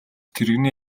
тэрэгний